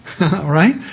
Right